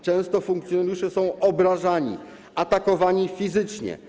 Często funkcjonariusze są obrażani, atakowani fizycznie.